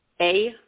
-A